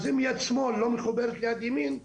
אז אם יש שמאל לא מחוברת ליד ימין,